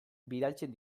bidaltzen